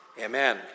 Amen